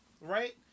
right